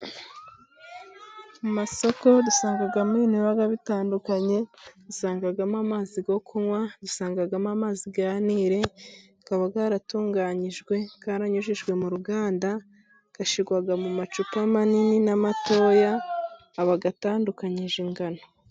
Mu masako dusangamo, ibintu biba bitandukanye, dusangamo amazi yo kunywa, dusangamo amazi ya niri, aba yaratunganyijwe yaranyujijwe mu ruganda, ashirwa mu macupa ma nini n'amatoya, aba atandukanyije ingano.